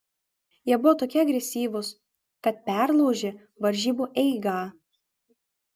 jie buvo tokie agresyvūs kad perlaužė varžybų eigą